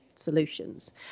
solutions